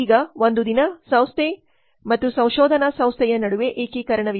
ಈಗ ಒಂದು ದಿನ ಸಂಸ್ಥೆ ಮತ್ತು ಸಂಶೋಧನಾ ಸಂಸ್ಥೆಯ ನಡುವೆ ಏಕೀಕರಣವಿದೆ